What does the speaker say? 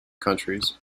countries